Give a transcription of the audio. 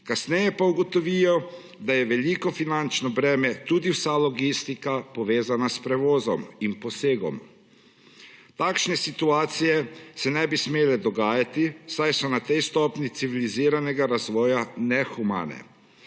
kasneje pa ugotovijo, da je veliko finančno breme tudi vsa logistika, povezana s prevozom in posegom. Takšne situacije se ne bi smele dogajati, saj so na tej stopnji civiliziranega razvoja nehumane.